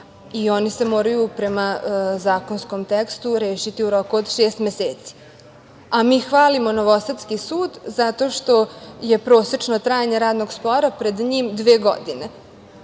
i oni se moraju prema zakonskom tekstu rešiti u roku od šest meseci. Mi hvalimo novosadski sud zato što je prosečno trajanje radnog spora pred njim dve godine,